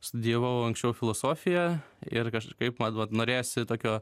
studijavau anksčiau filosofiją ir kažkaip man vat norėjosi tokio